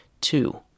Two